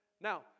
Now